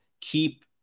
keep –